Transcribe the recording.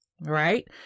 right